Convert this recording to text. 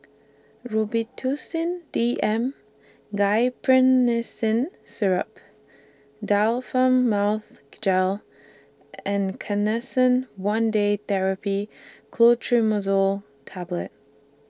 Robitussin D M Syrup Difflam Mouth Gel and Canesten one Day Therapy Clotrimazole Tablet